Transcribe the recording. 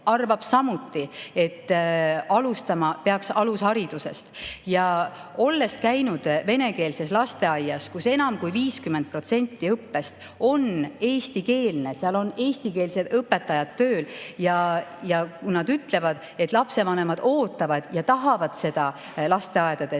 arvab samuti, et alustama peaks alusharidusest. Olen käinud venekeelses lasteaias, kus enam kui 50% õppest on eestikeelne. Seal on eestikeelsed õpetajad tööl ja kui nad ütlevad, et lapsevanemad ootavad ja tahavad seda lasteaedades,